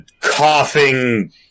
coughing